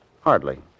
Hardly